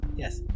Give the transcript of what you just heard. Yes